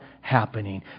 happening